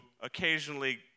occasionally